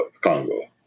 Congo